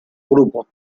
grupo